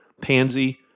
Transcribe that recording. pansy